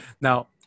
Now